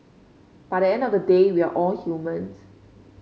but the end of the day we're all humans